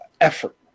effort